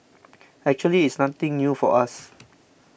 actually it's nothing new for us